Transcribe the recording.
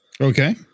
Okay